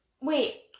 Wait